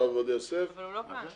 אבל הוא לא כאן.